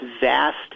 vast